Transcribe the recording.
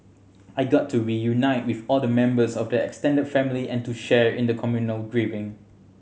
I got to reunite with all the members of the extended family and to share in the communal grieving